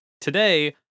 today